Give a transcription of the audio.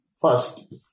First